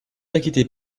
inquiétez